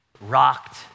Rocked